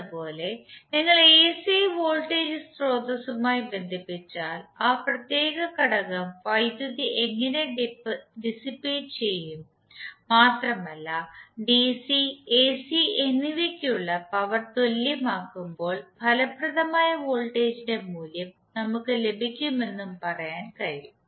അതുപോലെ നിങ്ങൾ AC voltage സ്രോതസ്സുമായി ബന്ധിപ്പിച്ചാൽ ആ പ്രത്യേക ഘടകം വൈദ്യുതി എങ്ങനെ ഡിസിപേറ്റ് ചെയ്യും മാത്രമല്ല ഡിസി എസി എന്നിവയ്ക്കുള്ള പവർ തുല്യമാക്കുമ്പോൾ ഫലപ്രദമായ വോൾട്ടേജിന്റെ മൂല്യം നമുക്ക് ലഭിക്കുമെന്നും പറയാൻ കഴിയും